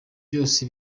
byose